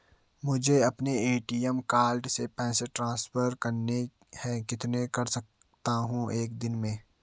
मुझे अपने ATM card से पैसे ट्रांसफर करने हैं कितने कर सकता हूँ एक दिन में?